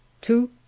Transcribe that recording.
two